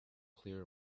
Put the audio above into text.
clear